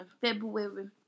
February